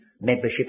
membership